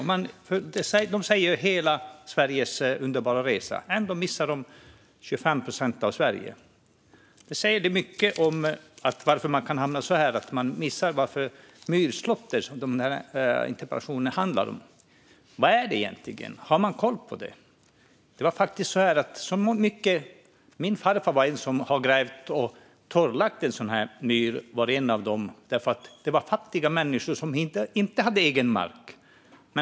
Det ska ju vara en underbar resa genom hela Sverige, men ändå missar man 25 procent av Sverige. Det säger mycket om varför det kan bli så att man missar detta med myrslåtter, som interpellationen handlar om. Vad är det egentligen? Har man koll på det? Min farfar var en av dem som grävde och torrlade en sådan här myr. Det rörde sig om fattiga människor som inte hade egen mark.